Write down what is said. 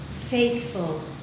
Faithful